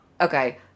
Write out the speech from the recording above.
Okay